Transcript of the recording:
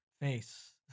face